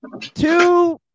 two